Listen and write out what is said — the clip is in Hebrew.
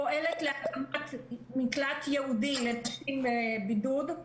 פועלת להקמת מקלט ייעודי לנשים בבידוד.